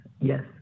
Yes